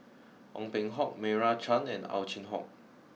Ong Peng Hock Meira Chand and Ow Chin Hock